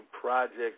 project